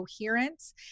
coherence